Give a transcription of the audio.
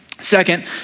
Second